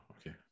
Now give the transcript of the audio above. okay